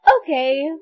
Okay